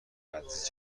مدرسه